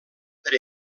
per